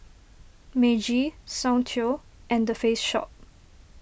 Meiji Soundteoh and the Face Shop